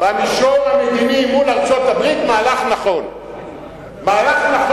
תגיד בכל זאת טוב